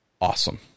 awesome